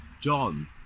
John